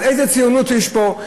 אז איזו ציונות יש פה?